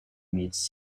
meets